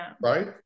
Right